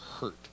hurt